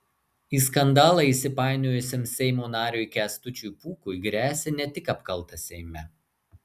į skandalą įsipainiojusiam seimo nariui kęstučiui pūkui gresia ne tik apkalta seime